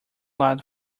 loud